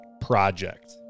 project